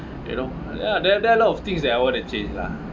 you know ya there there are a lot of things that I want to change lah